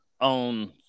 on